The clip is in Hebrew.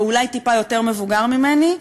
או אולי טיפה יותר מבוגר ממני,